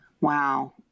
Wow